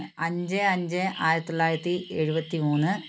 അഞ്ച് അഞ്ച് ആയിരത്തിത്തൊള്ളായിരത്തി എഴുപത്തി മൂന്ന്